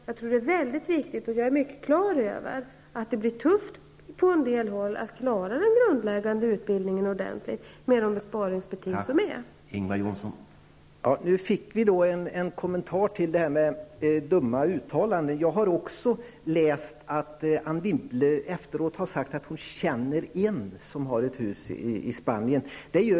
Jag är medveten om att det blir tufft på en del håll att klara den grundläggande utbildningen ordentligt med de besparingsbetingelser som nu råder.